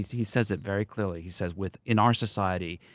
he says it very clearly. he says, within our society,